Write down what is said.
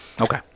Okay